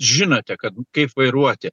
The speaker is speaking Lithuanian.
žinote kad kaip vairuoti